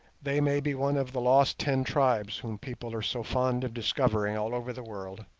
they may be one of the lost ten tribes whom people are so fond of discovering all over the world,